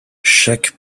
chaque